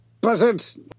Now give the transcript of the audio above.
buzzards